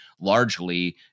largely